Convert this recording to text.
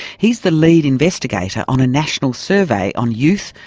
he's the lead investigator on a national survey on youth,